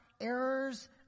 errors